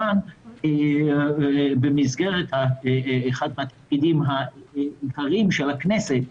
במסגרת אחד התפקידים העיקריים של הכנסת,